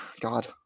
God